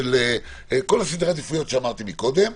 כל סדרי העדיפויות שאמרתי מקודם,